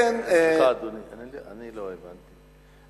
סליחה, אדוני, לא הבנתי.